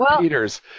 Peter's